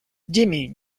jimmy